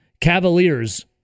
Cavaliers